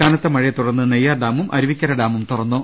കനത്ത മഴയെത്തുടർന്ന് നെയ്യാർഡാമും അരുവിക്കര ഡാമും തുറന്നു